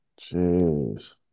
Jeez